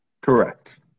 Correct